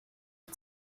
ich